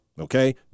okay